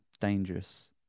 dangerous